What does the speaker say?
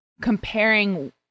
comparing